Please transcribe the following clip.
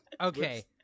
Okay